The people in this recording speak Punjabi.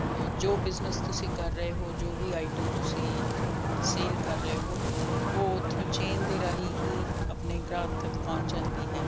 ਜੋ ਬਿਜਨਸ ਤੁਸੀਂ ਕਰ ਰਹੇ ਹੋ ਜੋ ਵੀ ਆਈਟਮ ਤੁਸੀਂ ਸੇਲ ਕਰ ਰਹੇ ਹੋ ਉਹ ਉੱਥੋਂ ਚੇਨ ਦੇ ਰਾਹੀਂ ਹੀ ਆਪਣੇ ਗਾਹਕ ਤੱਕ ਪਹੁੰਚ ਜਾਂਦੀ ਹੈ